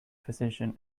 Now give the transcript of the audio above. physician